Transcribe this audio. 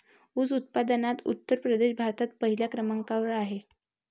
ऊस उत्पादनात उत्तर प्रदेश भारतात पहिल्या क्रमांकावर आहे